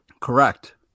Correct